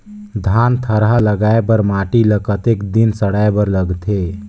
धान थरहा लगाय बर माटी ल कतेक दिन सड़ाय बर लगथे?